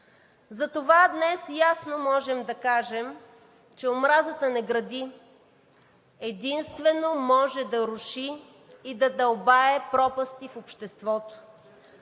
Затова днес ясно можем да кажем, че омразата не гради, а единствено може да руши и да дълбае пропасти в обществото.